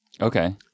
Okay